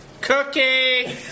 cookie